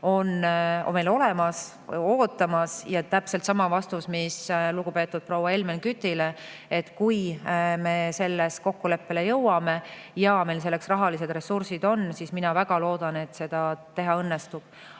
on meil olemas, ootamas. Ja täpselt sama vastus, mis lugupeetud proua Helmen Kütile: kui me selles kokkuleppele jõuame ja meil selleks rahalised ressursid on, siis ma väga loodan, et meil õnnestub